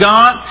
God